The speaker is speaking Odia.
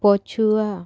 ପଛୁଆ